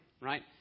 right